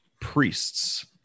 priests